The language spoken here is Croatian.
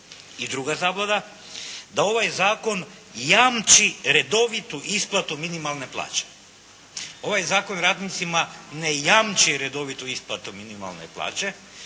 I druga zabluda, da ovaj zakon jamči redovitu isplatu minimalne plaće. Ovaj zakon radnicima ne jamči redovitu isplatu minimalne plaće